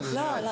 אנחנו --- לא,